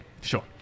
Sure